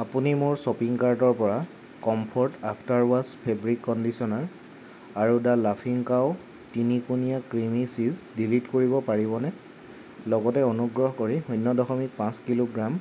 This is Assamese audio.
আপুনি মোৰ শ্বপিং কাৰ্টৰ পৰা comfort after wash fabric conditioner আৰু দ্য লাফিং কাও তিনিকোণীয় ক্ৰিমী চীজ ডিলিট কৰিব পাৰিবনে লগতে অনুগ্ৰহ কৰি শূন্য দশমিক পাঁচ কিলোগ্ৰাম